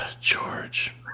George